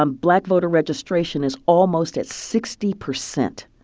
um black voter registration is almost at sixty percent.